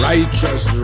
Righteous